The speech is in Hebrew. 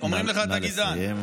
אומרים לך: אתה גזען.